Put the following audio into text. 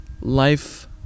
Life